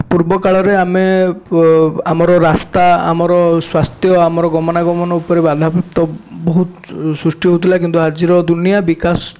ପୂର୍ବକାଳରେ ଆମେ ଆମର ରାସ୍ତା ଆମର ସ୍ୱାସ୍ଥ୍ୟ ଆମର ଗମନାଗମନ ଉପରେ ବାଧାପ୍ରାପ୍ତ ବହୁତ ସୃଷ୍ଟି ହଉଥିଲା କିନ୍ତୁ ଆଜିର ଦୁନିଆ ବିକାଶ